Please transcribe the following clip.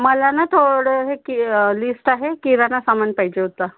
मला ना थोडं हे की लिष्ट आहे किराणा सामान पाहिजे होतं